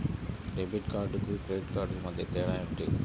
Debit కార్డుకు credit కార్డుకు మధ్య తేడా ఏమిటీ?